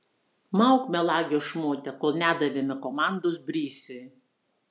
mauk melagio šmote kol nedavėme komandos brisiui